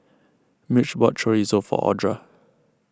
Mitch bought Chorizo for Audra